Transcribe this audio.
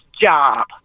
job